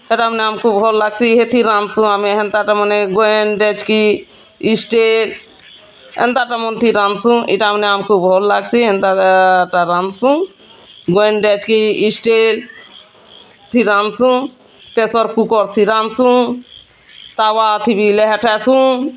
ସେଟା ଆମ୍କୁ ଭଲ୍ ଲାଗ୍ସି ସେଠି ରାନ୍ଧ୍ସୁଁ ଆମେ ହେନ୍ତାଟାମାନେ ଗୋଏନ୍ ଡେଚ୍କି ଇଷ୍ଟେନ୍ ଏନ୍ତା ତ୍ ମୁଥିଁ ରାନ୍ଧୁଛୁ ଏଇଟା ମାନେ ଆମକୁ ଭଲ୍ ଲାଗ୍ସି ହେନ୍ତା ରାନ୍ଧ୍ସୁଁ ଗୋଏନ୍ ଡେଚ୍କି ଇଷ୍ଟେନ୍ ରାନ୍ଧ୍ସୁଁ ପ୍ରେସର୍ କୁକର୍ ସି ରାନ୍ଧ୍ସୁଁ ତାୱା ଥିଲେ ବି ହେଟା ଶୁନ୍